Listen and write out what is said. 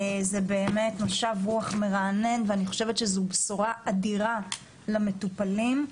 זה באמת משב רוח מרענן, ובשורה אדירה למטופלים.